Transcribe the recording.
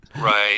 Right